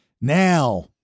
now